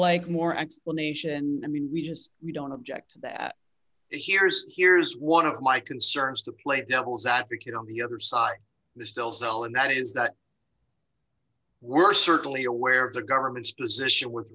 like more explanation i mean we just we don't object that here's here's one of my concerns to play devil's advocate on the other side they still sell and that is that we're certainly aware of the government's position with